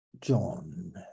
john